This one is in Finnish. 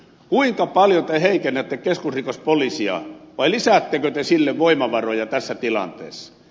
kuinka paljon te heikennätte keskusrikospoliisia vai lisäättekö te sille voimavaroja tässä tilanteessa